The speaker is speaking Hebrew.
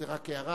זאת רק הערה.